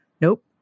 Nope